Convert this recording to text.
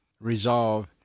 Resolve